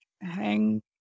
hang